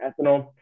ethanol